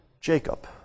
Jacob